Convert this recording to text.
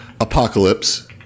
Apocalypse